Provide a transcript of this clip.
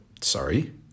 sorry